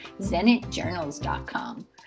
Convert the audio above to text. zenitjournals.com